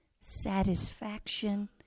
satisfaction